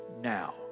now